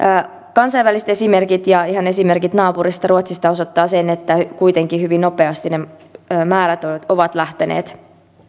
kansainväliset esimerkit ja ihan esimerkit naapurista ruotsista osoittavat sen että kuitenkin hyvin nopeasti ne määrät ovat lähteneet